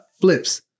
flips